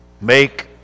make